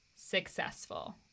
successful